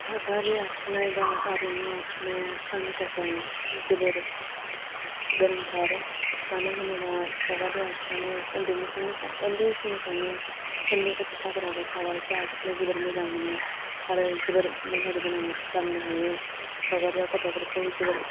सावगारि आखिनाय बा आरिमु आखिनाया आंनि थाखाय जोबोर गोनांथार मानो होनोबा सावगारि आखिनानै ओन्दैनिफ्रायनो साव ओन्दै समनिफ्रायनो ओन्दै गथ'साफोराबो सावगारिखौ आखिनो जोबोर मोजां मोनो आरो जोबोर मेहेरगोनां खालामनो हायो सावगारिया गथ'फोरखौ जोबोर